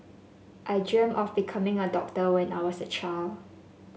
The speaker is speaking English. I dreamt of becoming a doctor when I was a child